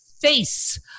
face